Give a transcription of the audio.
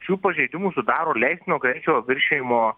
šių pažeidimų sudaro leistino greičio viršijimo